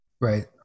Right